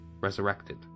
resurrected